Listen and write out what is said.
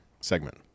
segment